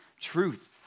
truth